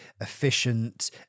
efficient